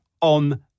on